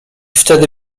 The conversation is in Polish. wtedy